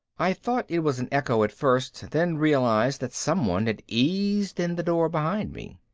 i thought it was an echo at first, then realized that someone had eased in the door behind me.